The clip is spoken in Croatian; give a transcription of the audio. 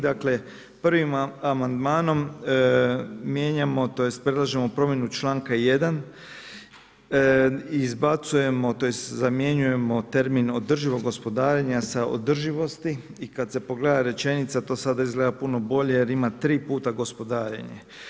Dakle, prvim amandmanom mijenjamo tj. predlažemo promjenu čl. 1. Izbacujemo tj zamjenjujemo termin održivog gospodarenja sa održivosti i kada se pogleda rečenica to sada izgleda puno bolje jer ima tri puta gospodarenje.